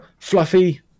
fluffy